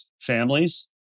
families